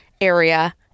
area